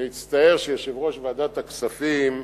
אני מצטער שיושב-ראש ועדת הכספים,